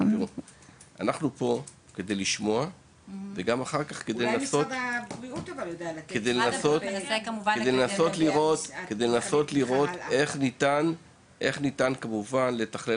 פה כדי לשמוע ואחר כך לנסות לראות איך ניתן כמובן לתכלל